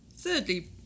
Thirdly